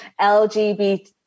LGBT